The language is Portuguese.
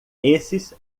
esses